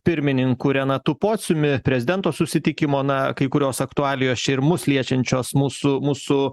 pirmininku renatu pociumi prezidento susitikimo na kai kurios aktualijos čia ir mus liečiančios mūsų mūsų